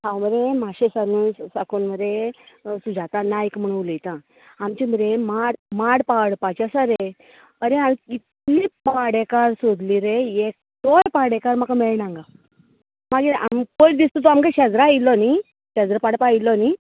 हांव मरे माशे सान साकून मरे सुजाता नायक म्हणू उलयतां आमचे मरे माड माड पाडपाचे आसा रे आरे आज इतले पाडेकार सोदले रे एकटोय पाडेकार म्हाका मेळना हांगा मागीर आमकां पयर दिसता तूं आमगे शेजरां आयिल्लो न्ही शेजरां पाडपाक आयिल्लो न्ही